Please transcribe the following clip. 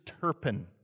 Turpin